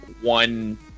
one